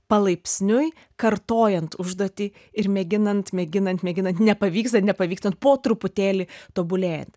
palaipsniui kartojant užduotį ir mėginant mėginant mėginant nepavyksta nepavykstant po truputėlį tobulėjant